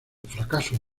fracaso